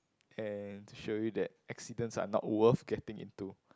and to show you that accidents are not worth getting into